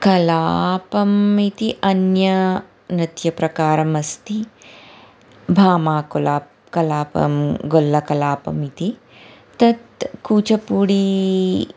कलापम् इति अन्यनृत्यप्रकारम् अस्ति भामाकुला कलापं गोल्लकलापम् इति तत् कूचपुडी